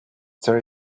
there